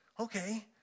Okay